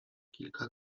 kilka